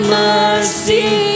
mercy